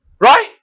Right